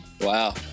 Wow